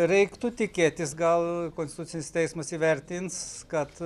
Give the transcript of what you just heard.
reiktų tikėtis gal konstitucinis teismas įvertins kad